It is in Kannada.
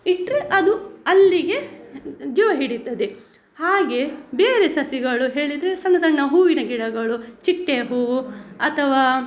ಇಟ್ಟರೆ ಅದು ಅಲ್ಲಿಗೆ ಜೀವ ಹಿಡಿತದೆ ಹಾಗೆ ಬೇರೆ ಸಸಿಗಳು ಹೇಳಿದರೆ ಸಣ್ಣ ಸಣ್ಣ ಹೂವಿನ ಗಿಡಗಳು ಚಿಟ್ಟೆ ಹೂವು ಅಥವಾ